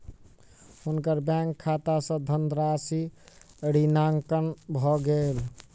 हुनकर बैंक खाता सॅ धनराशि ऋणांकन भ गेल